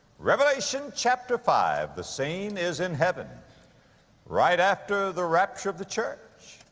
revelation chapter five. the scene is in heaven right after the rapture of the church.